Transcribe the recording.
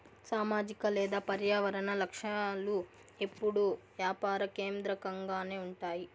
సామాజిక లేదా పర్యావరన లక్ష్యాలు ఎప్పుడూ యాపార కేంద్రకంగానే ఉంటాయి